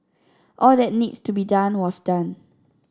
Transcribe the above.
all that needs to be done was done